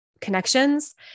connections